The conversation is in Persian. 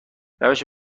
روش